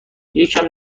یکم